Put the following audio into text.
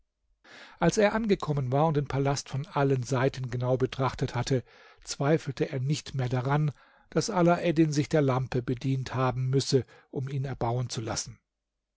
als er angekommen war und den palast von allen seiten genau betrachtet hatte zweifelte er nicht mehr daran daß alaeddin sich der lampe bedient haben müsse um ihn erbauen zu lassen